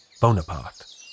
Bonaparte